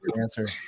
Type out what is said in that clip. answer